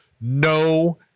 No